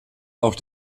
auch